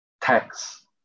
tax